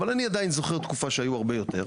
אבל אני עדיין זוכר תקופה שהיו הרבה יותר.